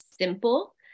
simple